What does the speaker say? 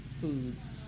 foods